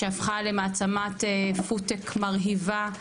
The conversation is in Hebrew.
שהפכה למעצמת פודטק מרהיבה,